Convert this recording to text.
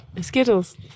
Skittles